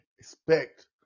Expect